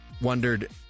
wondered